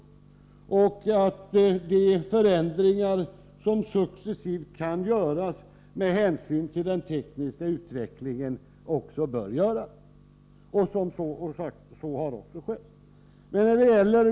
Vi ansåg också att de förändringar som med hänsyn till den tekniska utvecklingen successivt kunde göras borde göras. Det har även skett.